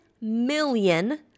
million